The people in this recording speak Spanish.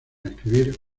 escribir